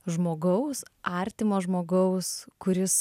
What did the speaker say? žmogaus artimo žmogaus kuris